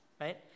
right